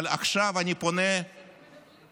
אבל עכשיו אני פונה אליכם,